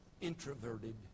introverted